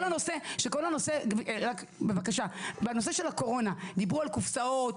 הנושא של הקורונה דיברו על קופסאות,